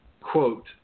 quote